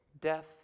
Death